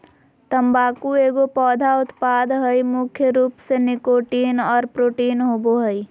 तम्बाकू एगो पौधा उत्पाद हइ मुख्य रूप से निकोटीन और प्रोटीन होबो हइ